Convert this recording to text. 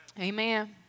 Amen